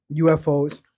UFOs